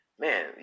man